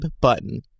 button